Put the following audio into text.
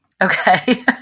Okay